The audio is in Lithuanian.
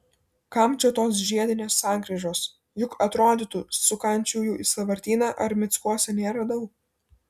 kam čia tos žiedinės sankryžos juk atrodytų sukančiųjų į sąvartyną ar mickuose nėra daug